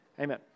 Amen